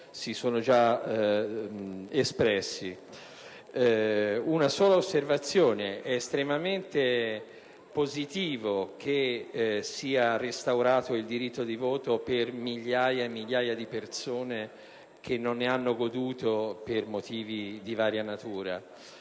si sono espressi. Vorrei fare una sola osservazione: è estremamente positivo che sia restaurato il diritto di voto per migliaia e migliaia di persone che non ne hanno goduto per motivi di varia natura.